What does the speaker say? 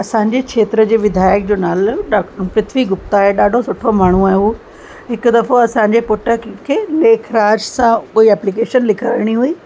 असांजे खेत्र जे विधायक जो नालो डॉक्टर पृथ्वी गुप्ता आहे ॾाढो सुठो माण्हू आहे उहो हिकु दफ़ो असांजे पुट खे लेखराज सां कोई एप्लीकेशन लिखाइणी हुई